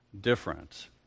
different